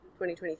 2023